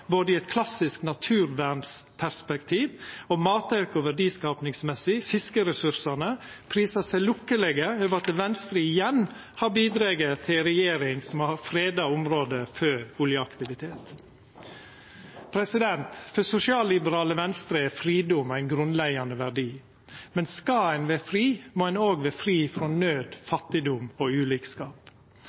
både i eit klassisk naturvernsperspektiv og når det gjeld matauk og verdiskaping – fiskeressursane – prisa seg lukkelege over at Venstre igjen har bidrege til ei regjering som har freda området for oljeaktivitet. For sosialliberale Venstre er fridom ein grunnleggjande verdi, men skal ein vera fri, må ein òg vera fri frå naud, fattigdom og ulikskap.